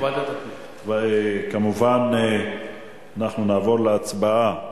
כמובן, אנחנו נעבור להצבעה.